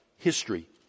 History